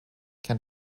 can